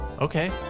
Okay